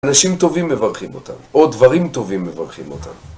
אנשים טובים מברכים אותם, או דברים טובים מברכים אותם.